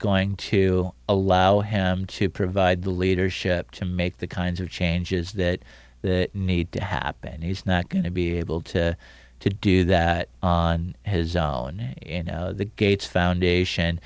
going to allow him to provide the leadership to make the kinds of changes that need to happen and he's not going to be able to do that on his own in the gates foundation